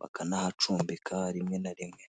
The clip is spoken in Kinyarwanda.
bakanahacumbika rimwe na rimwe.